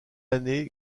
année